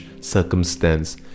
circumstance